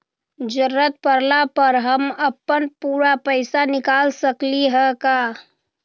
जरूरत परला पर हम अपन पूरा पैसा निकाल सकली ह का?